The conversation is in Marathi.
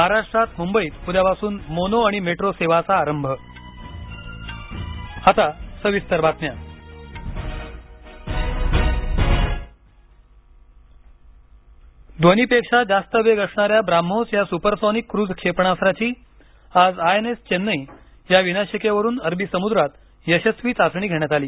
महाराष्ट्रात मुंबईत उद्यापासून मोनो आणि मेट्रो सेवांचा आरंभ ब्राह्मोस ध्वनीपेक्षा जास्त वेग असणाऱ्या ब्राह्योस या सुपरसॉनिक क्रूझ क्षेपणास्त्राची आज आय एन एस चेन्नई या विनाशिकेवरून अरबी समुद्रात यश्वस्वी चाचणी घेण्यात आली